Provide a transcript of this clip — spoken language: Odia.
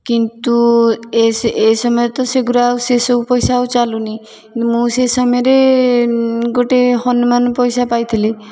କିନ୍ତୁ ଏ ସ ଏ ସମୟରେ ତ ସେଗୁଡ଼ା ଆଉ ସେସବୁ ପଇସା ଆଉ ଚାଲୁନି ମୁଁ ସେ ସମୟରେ ଗୋଟେ ହନୁମାନ ପଇସା ପାଇଥିଲି